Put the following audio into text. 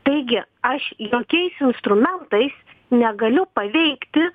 taigi aš jokiais instrumentais negaliu paveikti